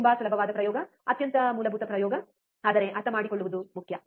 ತುಂಬಾ ಸುಲಭವಾದ ಪ್ರಯೋಗ ಅತ್ಯಂತ ಮೂಲಭೂತ ಪ್ರಯೋಗ ಆದರೆ ಅರ್ಥಮಾಡಿಕೊಳ್ಳುವುದು ಮುಖ್ಯ